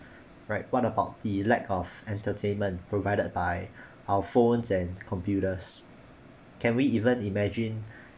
right what about the lack of entertainment provided by our phones and computers can we even imagine